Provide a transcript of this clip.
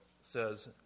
says